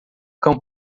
cão